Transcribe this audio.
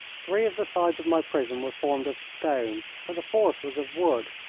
three of the sides of my prison were formed of stone, but the fourth was of wood,